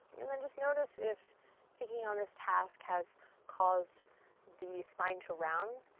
and then just notice if taking on this task has caused the spine to round.